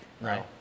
right